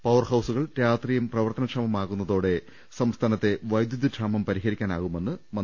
പവർഹൌസുകൾ രാത്രിയും പ്രവർത്തന ക്ഷമമാക്കുന്നതോടെ സംസ്ഥാനത്തെ വൈദ്യുതിക്ഷാമം പരിഹരിക്കാനാ കുമെന്നും എം